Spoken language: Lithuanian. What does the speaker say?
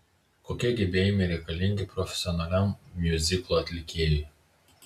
kokie gebėjimai reikalingi profesionaliam miuziklo atlikėjui